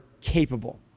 capable